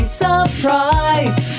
surprise